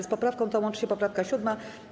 Z poprawką tą łączy się poprawka 7.